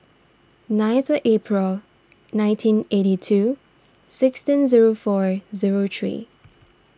ninth April nineteen eighty two sixteen zero four zero three